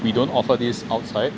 we don't offer this outside